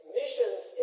missions